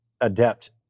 adept